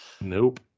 nope